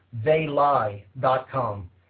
theylie.com